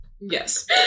Yes